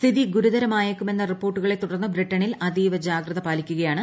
സ്ഥിതി ഗുരുതരമായേക്കുമെന്ന റിപ്പോർട്ടുകളെ തുടർന്ന് ബ്രിട്ടണിൽ അതീവജാഗ്രത പാലിക്കുകയാണ്